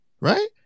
right